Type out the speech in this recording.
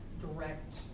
direct